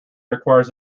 requires